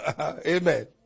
Amen